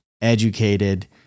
educated